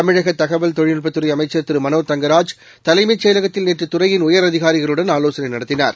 தமிழகதகவல் தொழில்நுட்பத்துறைஅமைச்சர் திருமனோ தங்கராஜ் தலைமைச் செயலகத்தில் நேற்றுதுறையின் உயர் அதிகாரிகளுடன் ஆலோசனைநடத்தினார்